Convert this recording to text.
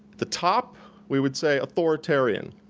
the top we would say authoritarian.